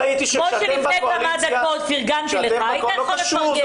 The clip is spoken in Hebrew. כמו שלפני כמה דקות פרגנתי לך, הייתי יכול לפרגן.